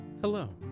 Hello